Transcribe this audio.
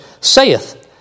saith